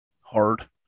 Hard